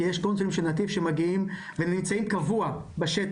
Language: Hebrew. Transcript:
כי יש פה קונסולים של נתיב שמגיעים ונמצאים קבוע בשטח.